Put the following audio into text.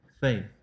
faith